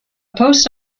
post